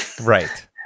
right